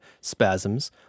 spasms